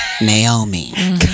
Naomi